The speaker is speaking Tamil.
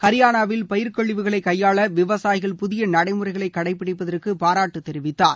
ஹரியானாவில் பயிர் கழிவுகளை கையாள விவசாயிகள் புதிய நடடமுறைகளை கடைபிடிப்பதற்கு பாராட்டு தெரிவித்தார்